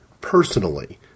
personally